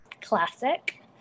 classic